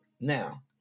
Now